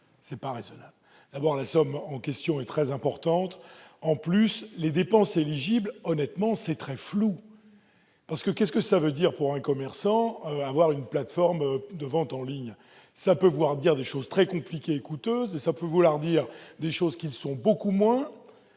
ce n'est pas raisonnable. D'abord, la somme en question est très importante. En outre, les dépenses éligibles sont, honnêtement, très floues ; qu'est-ce que cela veut dire, pour un commerçant, d'avoir une plateforme de vente en ligne ? Cela peut vouloir désigner des choses très compliquées et coûteuses, ou des choses qui le sont beaucoup moins